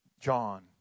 John